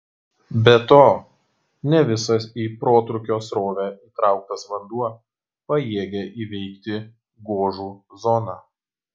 be to ne visas į protrūkio srovę įtrauktas vanduo pajėgia įveikti gožų zoną